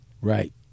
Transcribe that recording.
Right